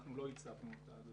אנחנו לא הצפנו את זה.